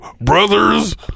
brothers